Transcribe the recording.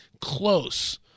close